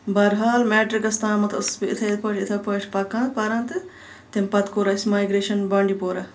بہرحال میٹرِکَس تامَتھ ٲسٕس بہٕ یِتھٕے پٲٹھۍ یِتھٕے پٲٹھۍ پَکان پران تہٕ تَمہِ پَتہٕ کوٚر اَسہِ میگریشن بانڈی پورہ